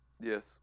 Yes